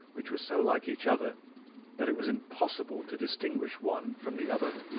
which were so like each other that it was impossible to distinguish one from the other.